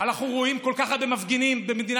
אנחנו רואים כל כך הרבה מפגינים במדינת